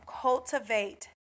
Cultivate